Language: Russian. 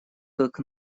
как